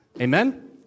Amen